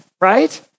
right